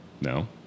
No